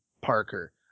Parker